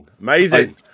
amazing